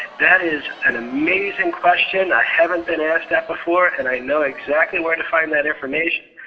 that is an amazing question. i haven't been asked that before, and i know exactly where to find that information.